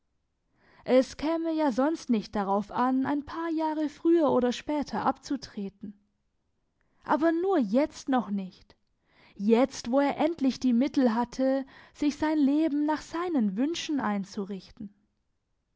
es käme ja sonst nicht darauf an ein paar jahre früher oder später abzutreten aber nur jetzt noch nicht jetzt wo er endlich die mittel hatte sich sein leben nach seinen wünschen einzurichten